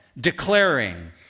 declaring